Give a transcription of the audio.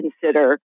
consider